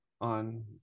on